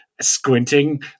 squinting